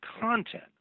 content